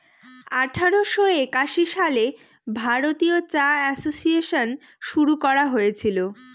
আঠারোশো একাশি সালে ভারতীয় চা এসোসিয়েসন শুরু করা হয়েছিল